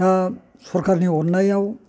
दा सरखारनि अननायाव